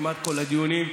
כמעט בכל הדיונים,